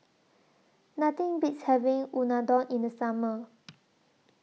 Nothing Beats having Unadon in The Summer